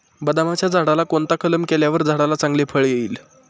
बदामाच्या झाडाला कोणता कलम केल्यावर झाडाला चांगले फळ येईल?